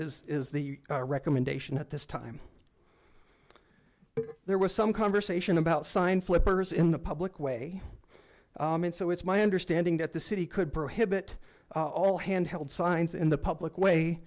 is is the recommendation at this time there was some conversation about sign flippers in the public way and so it's my understanding that the city could prohibit all hand held signs in the public way